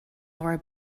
laura